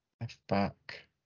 Left-back